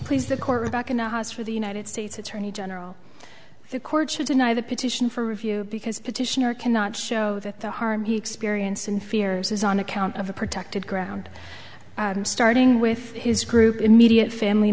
please the quarterback in the house for the united states attorney general the court should deny the petition for review because petitioner cannot show that the harm he experience and fears is on account of a protected ground starting with his group immediate family